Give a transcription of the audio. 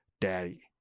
Daddy